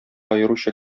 аеруча